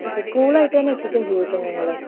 okay കൂളായിട്ട് തന്നെ എത്തിക്കുകയും ചെയ്യും കേട്ടോ ഞങ്ങൾ